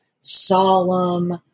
solemn